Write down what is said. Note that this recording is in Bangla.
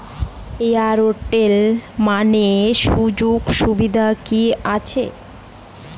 এয়ারটেল মানি সুযোগ সুবিধা কি আছে?